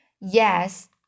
Yes